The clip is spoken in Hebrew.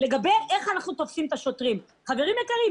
לגבי השאלה איך אנחנו תופסים את השוטרים חברים יקרים,